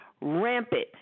rampant